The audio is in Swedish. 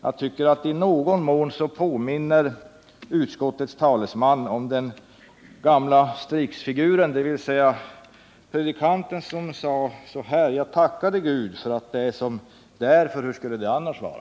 Utskottets talesman påminner om den gamla Strixfiguren, dvs. predikanten som sade: Jag tackar dig Gud för att det är som det är, för hur skulle det annars vara.